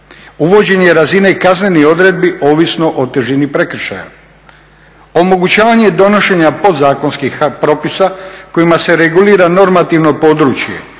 uvođenje razine kaznenih odredbi ovisno o težini prekršaja. Omogućavanje donošenja podzakonskih propisa kojima se regulira normativno područje,